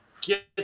get